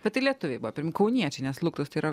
bet tai lietuviai buvo kauniečiai nes luktus tai yra